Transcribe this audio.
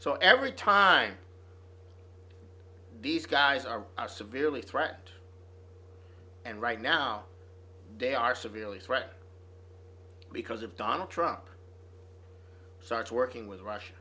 so every time these guys are severely threatened and right now they are severely threatened because of donald trump starts working with russia